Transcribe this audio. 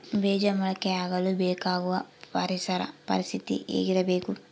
ಬೇಜ ಮೊಳಕೆಯಾಗಲು ಬೇಕಾಗುವ ಪರಿಸರ ಪರಿಸ್ಥಿತಿ ಹೇಗಿರಬೇಕು?